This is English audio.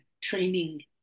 training